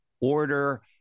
order